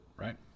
right